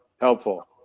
helpful